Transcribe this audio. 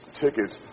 tickets